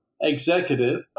executive